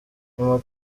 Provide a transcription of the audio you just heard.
nyuma